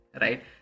right